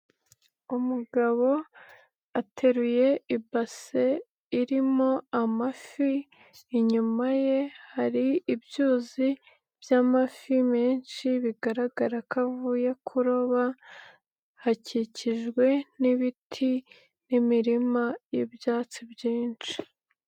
Umugabo ateruye ibase irimo amafi, inyuma ye hari ibyuzi by'amafi menshi bigaragara ko avuye kuroba, hakikijwe n'ibiti n'imirima y'ibyatsi byinshi.